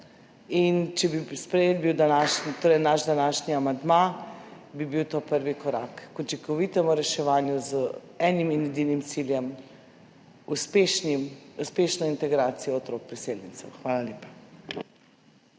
če bi bil sprejet naš današnji amandma, bi bil to prvi korak k učinkovitemu reševanju z enim in edinim ciljem – uspešno integracijo otrok priseljencev. Hvala lepa.